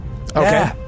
Okay